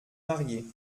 marier